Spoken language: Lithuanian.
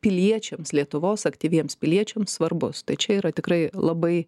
piliečiams lietuvos aktyviems piliečiams svarbus tai čia yra tikrai labai